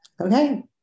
okay